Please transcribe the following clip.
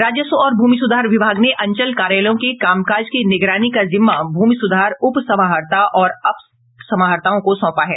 राजस्व और भूमि सुधार विभाग ने अंचल कार्यालयों के कामकाज की निगरानी का जिम्मा भूमि सुधार उप समाहर्ता और अपर समाहर्ताओं को सौंपा है